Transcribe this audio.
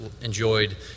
enjoyed